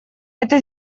это